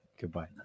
Goodbye